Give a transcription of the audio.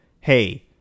hey